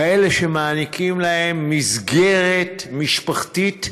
כאלה שמעניקים להם מסגרת משפחתית,